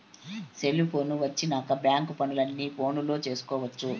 cellphone వచ్చినాక bank పనులు అన్ని ఫోనులో చేసుకొవచ్చు